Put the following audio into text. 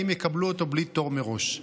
האם יקבלו אותו בלי תור מראש.